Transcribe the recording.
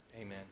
Amen